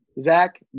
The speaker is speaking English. Zach